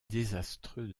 désastreux